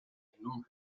enorm